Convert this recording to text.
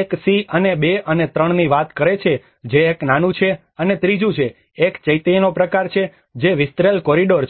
1 C અને 2 અને 3 ની વાત કરે છે જે એક નાનું છે અને ત્રીજું છે એ ચૈત્યનો એક પ્રકાર છે જે વિસ્તરેલ કોરિડોર છે